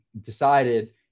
decided